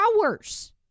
hours